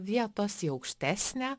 vietos į aukštesnę